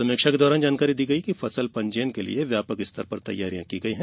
समीक्षा के दौरान जानकारी दी गई कि फसल पंजीयन के लिए व्यापक स्तर पर तैयारियां की गई हैं